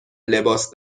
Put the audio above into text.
لباس